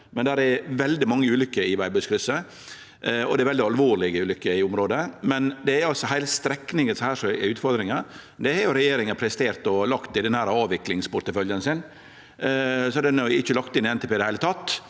men det er veldig mange ulykker i Veibustkrysset, og det er veldig alvorlege ulykker i området. Det er altså heile strekninga her som er utfordringa. Den har regjeringa prestert å leggja i avviklingsporteføljen sin, så ho er ikkje lagt inn i NTP i det heile.